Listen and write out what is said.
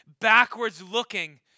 backwards-looking